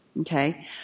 Okay